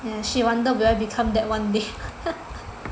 ya she wonder will I become that one day